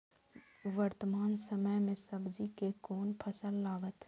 वर्तमान समय में सब्जी के कोन फसल लागत?